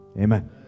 Amen